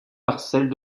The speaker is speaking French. parcelles